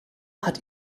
hat